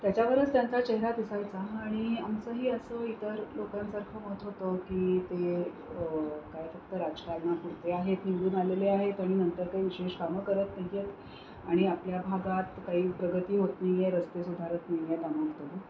त्याच्यावरच त्यांचा चेहरा दिसायचा आणि आमचंही असं इतर लोकांसारखं मत होतं की ते काय फक्त राजकारणापुरते आहेत निवडून आलेले आहेत आणि नंतर काही विशेष कामं करत नाही आहेत आणि आपल्या भागात काही प्रगती होत नाही आहे रस्ते सुधारत नाही आहेत